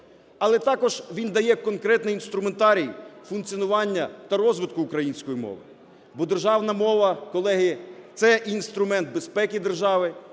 Але також він дає конкретний інструментарій функціонування та розвитку української мови. Бо державна мова, колеги, – це інструмент безпеки держави,